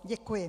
Děkuji.